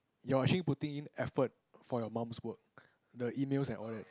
you're actually putting in effort for your mum's work the emails and all that